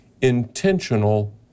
intentional